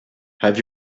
have